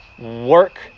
work